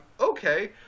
okay